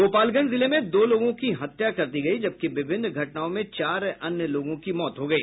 गोपालगंज जिले में दो लोगों की हत्या कर दी गयी जबकि विभिन्न घटनाओं में चार अन्य की मौत हो गयी